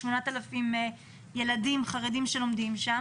יש 8,000 ילדים חרדים שלומדים שם